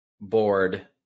board